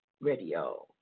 Radio